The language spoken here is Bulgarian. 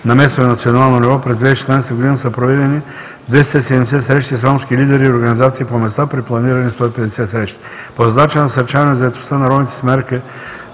на местно и национално ниво през 2016 г. са проведени 270 срещи с ромски лидери и организации по места при планирани 150 срещи. По задача „Насърчаване заетостта на ромите“ с мярка: